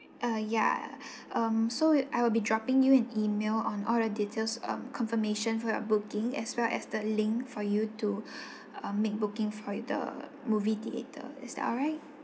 uh ya um so I will be dropping you an E-mail on all the details um confirmation for your booking as well as the link for you to um make booking for the movie theater is that all right